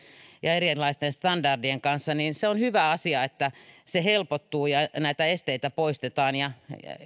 ja erilaisten standardien kanssa niin se on hyvä asia että se helpottuu ja näitä esteitä poistetaan